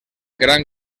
gran